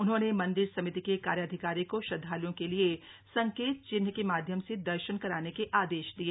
उन्होंने मंदिर समिति के कार्याधिकारी को श्रद्धाल्ओं के लिए संकेत चिह्न के माध्यम से दर्शन कराने के आदेश दिए